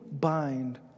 bind